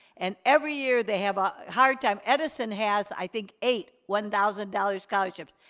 and every year they have a hard time. edison has i think eight, one thousand dollars scholarships.